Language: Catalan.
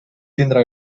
tindrà